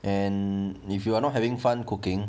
and if you are not having fun cooking